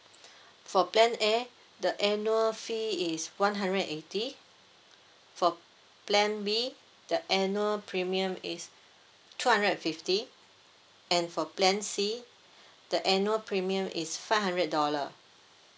for plan A the annual fee is one hundred eighty for plan B the annual premium is two hundred and fifty and for plan C the annual premium is five hundred dollar